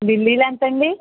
లిల్లీలు ఎంతండీ